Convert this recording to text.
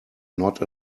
not